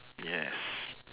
yes